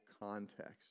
context